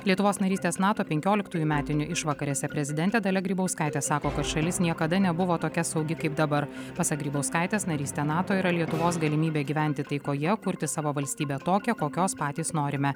lietuvos narystės nato penkioliktųjų metinių išvakarėse prezidentė dalia grybauskaitė sako kad šalis niekada nebuvo tokia saugi kaip dabar pasak grybauskaitės narystė nato yra lietuvos galimybė gyventi taikoje kurti savo valstybę tokią kokios patys norime